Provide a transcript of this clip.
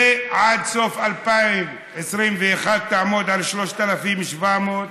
ועד סוף 2021 תעמוד על 3,700,